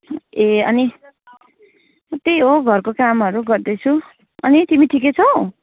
ए अनि त्यही हो घरको कामहरू गर्दैछु अनि तिमी ठिकै छौ